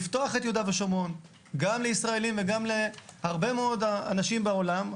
לפתוח את יהודה ושומרון גם לישראלים וגם להרבה מאוד אנשים בעולם,